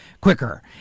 quicker